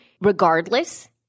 regardless